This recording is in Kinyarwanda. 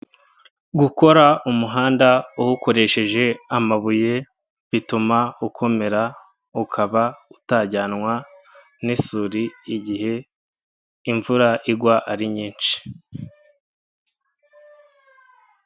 Gukora umuhanda uwukoresheje amabuye, bituma ukomera ukaba utajyanwa n'isuri igihe imvura igwa ari nyinshi.